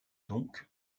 donc